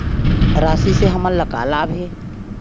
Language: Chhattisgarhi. राशि से हमन ला का लाभ हे?